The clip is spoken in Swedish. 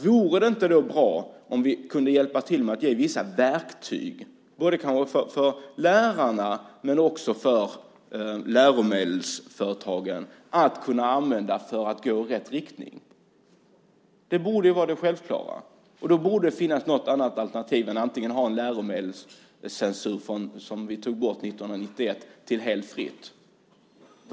Vore det då inte bra om vi kunde hjälpa till med att ge både lärarna och läromedelsföretagen vissa verktyg som de kan använda för att gå i rätt riktning? Det borde vara det självklara. Då borde det finnas något annat alternativ än att antingen ha en läromedelscensur som vi tog bort år 1991 eller ha det helt fritt.